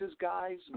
guys